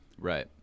right